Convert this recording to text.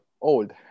old